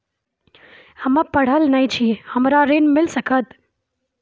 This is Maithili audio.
हम्मे पढ़ल न छी हमरा ऋण मिल सकत?